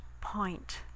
point